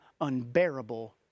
unbearable